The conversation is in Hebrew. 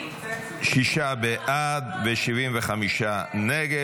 שישה בעד, 75 נגד.